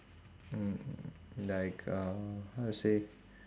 mm like uh how to say